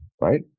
right